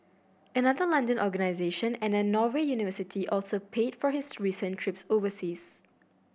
another London organisation and a Norway university also paid for his recent trips overseas